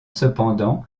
cependant